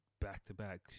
back-to-back